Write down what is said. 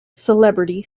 celebrity